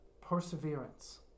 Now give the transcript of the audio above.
perseverance